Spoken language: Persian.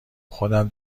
خودم